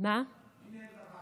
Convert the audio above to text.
מי ניהל את הוועדה?